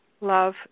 love